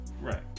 right